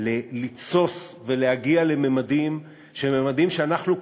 לתסוס ולהגיע לממדים שאנחנו,